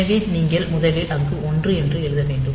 எனவே நீங்கள் முதலில் அங்கு 1 எழுத வேண்டும்